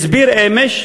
הוא הסביר אמש: